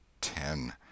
ten